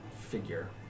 figure